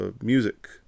music